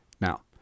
Now